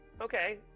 Okay